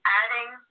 adding